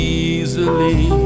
easily